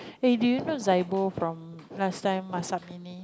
eh do you know Zaibo from last time